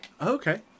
Okay